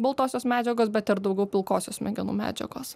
baltosios medžiagos bet ir daugiau pilkosios smegenų medžiagos